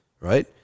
Right